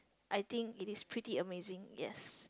I think it is pretty amazing yes